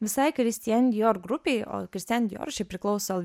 visai christian dior grupei o christian dior šiaip priklauso